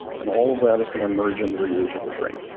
and all of that is going to merge into the age of the brain.